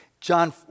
John